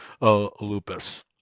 lupus